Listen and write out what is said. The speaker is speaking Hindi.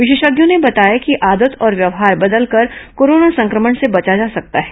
विशेषज्ञों ने बताया कि आदत और व्यवहार बदलकर कोरोना संक्रमण से बचा जा सकता है